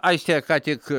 aistė ką tik